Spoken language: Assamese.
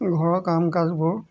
ঘৰৰ কাম কাজবোৰ